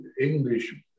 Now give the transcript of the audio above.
English